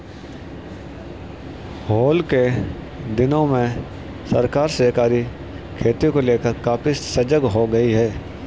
हाल के दिनों में सरकार सहकारी खेती को लेकर काफी सजग हो गई है